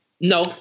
No